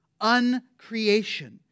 Uncreation